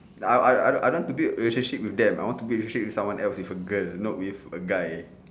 I I I I don't want to build relationship with them I want to build relationship with someone else with a girl not with a guy